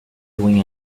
doing